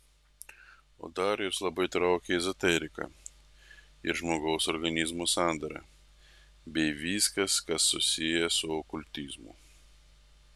o dar juos labai traukia ezoterika ir žmogaus organizmo sandara bei viskas kas susiję su okultizmu